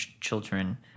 children